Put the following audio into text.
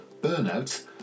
burnout